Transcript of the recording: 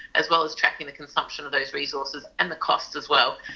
as well as tracking the consumption of those resources and the costs as well.